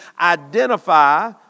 identify